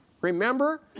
Remember